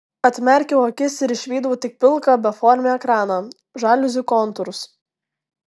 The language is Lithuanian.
atmerkiau akis ir išvydau tik pilką beformį ekraną žaliuzių kontūrus